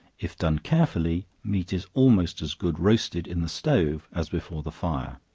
if done carefully, meat is almost as good roasted in the stove as before the fire.